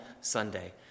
sunday